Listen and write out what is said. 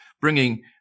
bringing